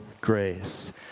grace